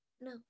no